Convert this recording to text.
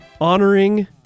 honoring